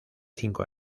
cinco